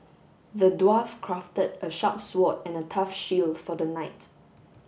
the dwarf crafted a sharp sword and a tough shield for the knight